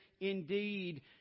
indeed